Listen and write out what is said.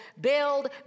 build